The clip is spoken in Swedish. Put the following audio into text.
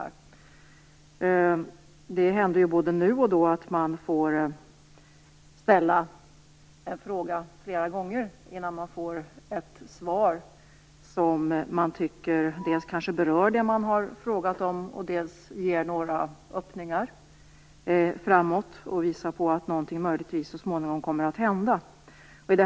Det händer både nu och då att man måste ställa samma fråga flera gånger innan man får ett svar som berör det man frågat om och som ger några öppningar framåt och visar på att någonting så småningom kommer att hända.